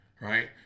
Right